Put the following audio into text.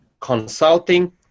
consulting